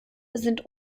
sind